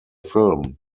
film